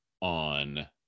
on